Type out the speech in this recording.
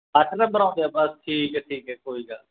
ਅੱਠ ਨੰਬਰ ਆਉਂਦੇ ਆ ਬਸ ਠੀਕ ਹੈ ਠੀਕ ਹੈ ਕੋਈ ਗੱਲ